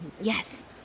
Yes